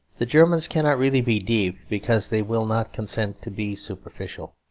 the germans cannot really be deep because they will not consent to be superficial.